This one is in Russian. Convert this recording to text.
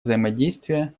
взаимодействия